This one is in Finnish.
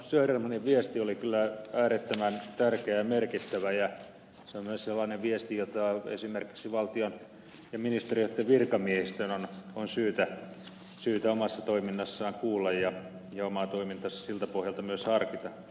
södermanin viesti oli kyllä äärettömän tärkeä ja merkittävä ja se on myös sellainen viesti jota esimerkiksi valtion ja ministeriöitten virkamiesten on syytä omassa toiminnassaan kuulla ja jolta pohjalta omaa toimintaa on syytä myös harkita